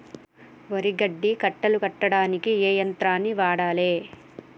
వరి గడ్డి కట్టలు కట్టడానికి ఏ యంత్రాన్ని వాడాలే?